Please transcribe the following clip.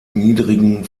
niedrigen